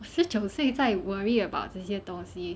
十九岁在 worry about 这些东西